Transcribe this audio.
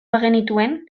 bagenituen